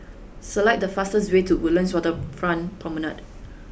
select the fastest way to Woodlands Waterfront Promenade